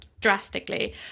drastically